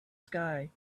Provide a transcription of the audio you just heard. sky